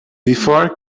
before